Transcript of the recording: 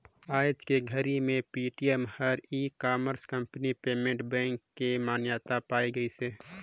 आयज के घरी मे पेटीएम हर e-commerce company payment bank के मान्यता पाए गइसे